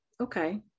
okay